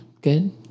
good